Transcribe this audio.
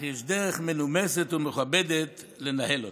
אך יש דרך מנומסת ומכובדת לנהל אותם.